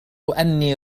أني